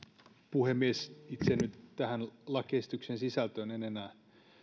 puhemies itse tähän lakiesityksen sisältöön en nyt enää